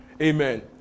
Amen